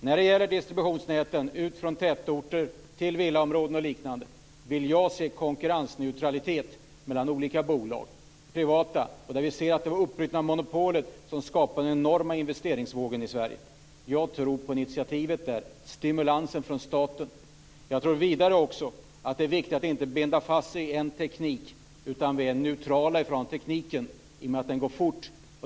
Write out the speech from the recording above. När det gäller distributionsnäten ut från tätorter till villaområden och liknande vill jag se konkurrensneutralitet mellan olika bolag - privata bolag. Vi ser att det är det uppbrutna monopolet som skapat den enorma investeringsvågen i Sverige. Jag tror på initiativet. Jag tror på stimulansen från staten. Jag tror vidare att det är viktigt att inte binda fast sig vid en teknik utan att vi är neutrala i förhållande till tekniken i och med att den går så fort.